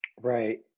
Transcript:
right